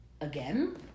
again